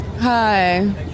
Hi